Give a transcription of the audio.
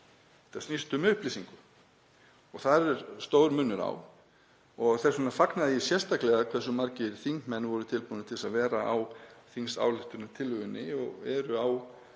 Þetta snýst um upplýsingu og það er stór munur á. Þess vegna fagnaði ég því sérstaklega hversu margir þingmenn voru tilbúnir til að vera á þingsályktunartillögunni og eru í